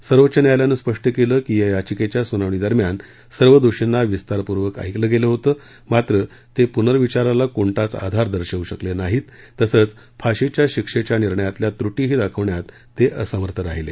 सर्वोच्च न्यायालयाने स्पष्ट केले की या याचिकेच्या सुनावणी दरम्यान सर्व दोषींना विस्तारपूर्वक ऐकलं गेलं होतं मात्र ते पुनर्विचारला कोणताच आधार दर्शवू शकले नाही तसचं फाशीच्या शिक्षेच्या निर्णयातील त्रटी पण दाखवण्यात ते असमर्थ राहिले